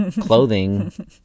clothing